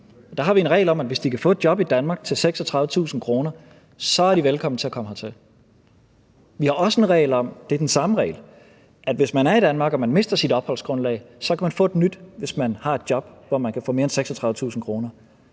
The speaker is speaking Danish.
Der har vi en regel om, at hvis de kan få et job i Danmark til 36.000 kr., så er de velkomne til at komme hertil. Vi har også en regel – det er den samme regel – om, at hvis man er i Danmark og man mister sit opholdsgrundlag, kan man få et nyt, hvis man har et job, hvor man kan få mere end 36.000 kr.